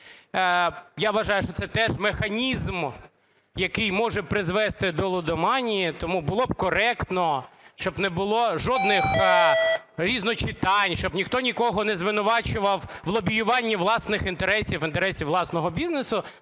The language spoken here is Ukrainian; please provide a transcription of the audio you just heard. Я вважаю, що це теж механізм, який може призвести до лудоманії. Тому було б коректно, щоб не було жодних різночитань, щоб ніхто нікого не звинувачував у лобіюванні власних інтересів, інтересів власного бізнесу,